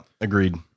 Agreed